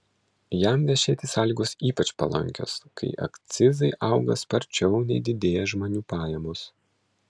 jam vešėti sąlygos ypač palankios kai akcizai auga sparčiau nei didėja žmonių pajamos